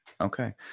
Okay